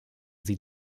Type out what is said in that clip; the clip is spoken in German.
sie